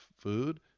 food